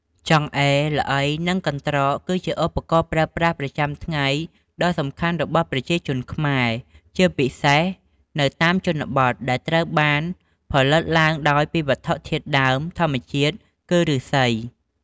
ចង្អេរ ល្អី និងកន្រ្តក គឺជាឧបករណ៍ប្រើប្រាស់ប្រចាំថ្ងៃដ៏សំខាន់របស់ប្រជាជនខ្មែរ ជាពិសេសនៅតាមជនបទ ដែលត្រូវបានផលិតឡើងដោយដៃពីវត្ថុធាតុដើមធម្មជាតិ គឺ ឫស្សី។